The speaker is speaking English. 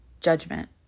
judgment